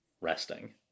resting